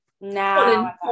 now